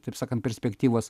taip sakant perspektyvos